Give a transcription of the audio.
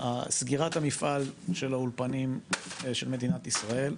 סגירת המפעל של האולפנים של מדינת ישראל,